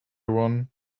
one